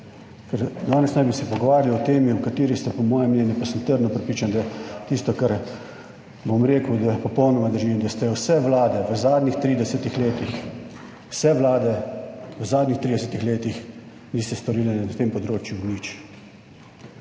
ker danes naj bi se pogovarjali o temi o kateri ste, po mojem mnenju, pa sem trdno prepričan, da tisto kar bom rekel, da popolnoma držim, in da ste jo vse vlade v zadnjih 30 letih, vse vlade v zadnjih 30. letih niste storili na tem področju nič.